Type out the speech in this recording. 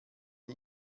die